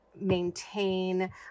maintain